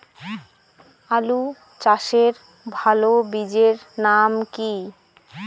আলু চাষের ভালো বীজের নাম কি?